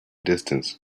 distance